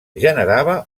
generava